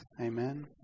Amen